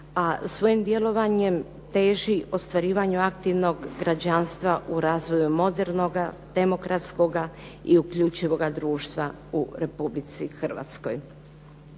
a svojim djelovanjem teži ostvarivanju aktivnog građanstva u razvoju modernoga, demokratskoga i uključivoga društva u Republici Hrvatskoj.